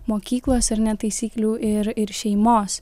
mokyklos ar ne taisyklių ir ir šeimos